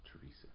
Teresa